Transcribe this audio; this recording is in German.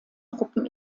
truppen